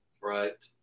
Right